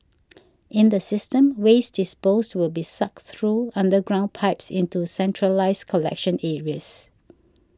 in the system waste disposed will be sucked through underground pipes into centralised collection areas